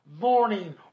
morning